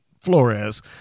Flores